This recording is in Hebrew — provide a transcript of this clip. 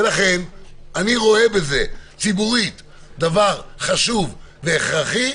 ולכן אני רואה בזה ציבורית דבר חשוב והכרחי,